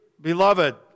beloved